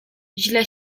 źle